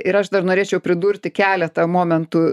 ir aš dar norėčiau pridurti keletą momentų